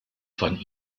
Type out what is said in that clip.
von